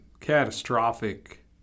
catastrophic